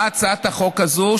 באה הצעת החוק הזאת,